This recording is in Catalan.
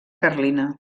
carlina